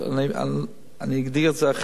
אני אגדיר את זה אחרת,